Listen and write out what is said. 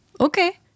Okay